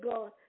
God